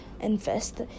Invest